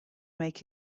make